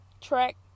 track